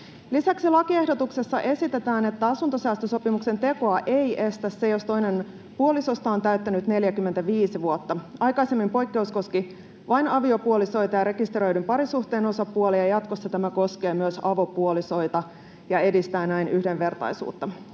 Lisäksi lakiehdotuksessa esitetään, että asuntosäästösopimuksen tekoa ei estä se, jos toinen puolisoista on täyttänyt 45 vuotta. Aikaisemmin poikkeus koski vain aviopuolisoita ja rekisteröidyn parisuhteen osapuolia, ja jatkossa tämä koskee myös avopuolisoita ja edistää näin yhdenvertaisuutta.